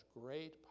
great